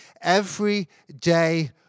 Everyday